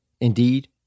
Indeed